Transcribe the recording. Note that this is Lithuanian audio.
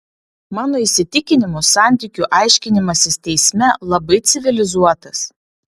mano įsitikinimu santykių aiškinimasis teisme labai civilizuotas